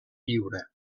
lliure